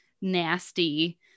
nasty